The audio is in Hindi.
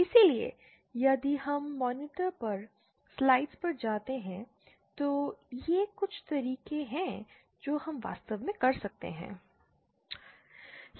इसलिए यदि हम मॉनिटर पर स्लाइड्स पर जाते हैं तो ये कुछ तरीके हैं जो हम वास्तव में कर सकते हैं